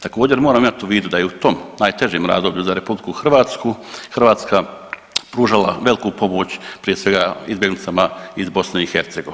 Također moramo imati u vidu da je u tom najtežem razdoblju za RH Hrvatska pružala veliku pomoć prije svega izbjeglicama iz BiH.